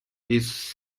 its